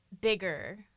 bigger